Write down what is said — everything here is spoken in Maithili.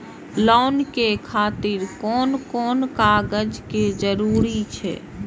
लोन के खातिर कोन कोन कागज के जरूरी छै?